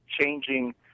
changing